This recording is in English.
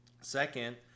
Second